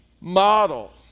model